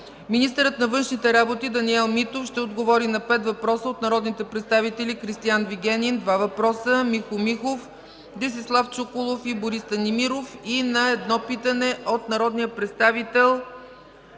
Министърът на външните работи Даниел Митов ще отговори на 5 въпроса от народните представители Кристиан Вигенин –2 въпроса, Михо Михов, Десислав Чуколов, и Борис Станимиров, и на 1 питане от народния представител